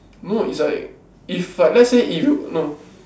no is like if let's say if you no